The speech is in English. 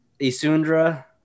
isundra